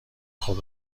خود